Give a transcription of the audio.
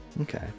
Okay